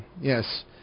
Yes